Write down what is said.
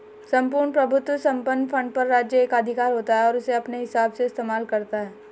सम्पूर्ण प्रभुत्व संपन्न फंड पर राज्य एकाधिकार होता है और उसे अपने हिसाब से इस्तेमाल करता है